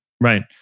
right